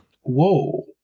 Whoa